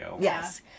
Yes